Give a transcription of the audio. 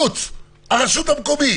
הרשות המקומית.